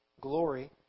Glory